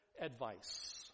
advice